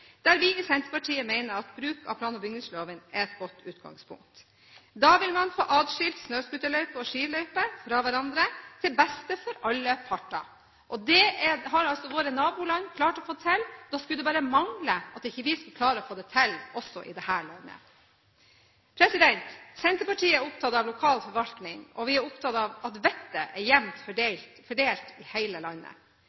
der vi i Senterpartiet mener at bruk av plan- og bygningsloven er et godt utgangspunkt. Da vil man få skilt snøscooterløype og skiløype fra hverandre, til beste for alle parter. Det har våre naboland klart å få til. Da skulle det bare mangle at ikke vi skulle klare å få det til også i dette landet! Senterpartiet er opptatt av lokal forvaltning, og vi er opptatt av at vettet er jevnt